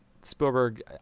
Spielberg